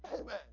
Amen